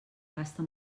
gasta